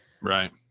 Right